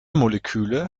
moleküle